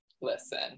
listen